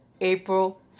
April